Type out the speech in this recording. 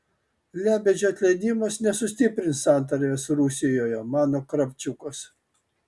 lebedžio atleidimas nesustiprins santarvės rusijoje mano kravčiukas